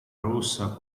rossa